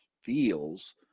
feels